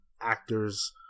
actors